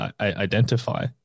identify